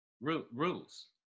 rules